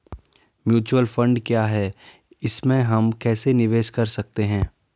Mutual fund क्या है इसमें हम कैसे निवेश कर सकते हैं?